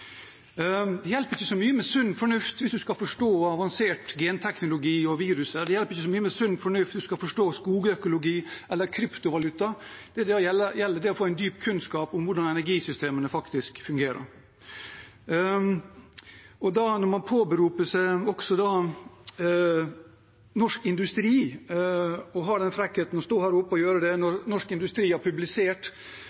hjelper ikke så mye med sunn fornuft hvis man skal forstå avansert genteknologi og virus. Det hjelper ikke så mye med sunn fornuft hvis man skal forstå skogøkologi eller kryptovaluta. Det dette gjelder, er å få en dyp kunnskap om hvordan energisystemene faktisk fungerer. Tenk at man påberoper seg Norsk Industri og har frekkheten til å stå her oppe og gjøre det når